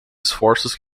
esforços